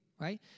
right